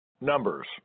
Numbers